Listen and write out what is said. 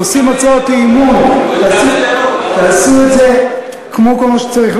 עושים הצעות אי-אמון, תעשו את זה כמו שצריך.